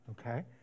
Okay